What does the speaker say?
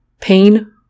pain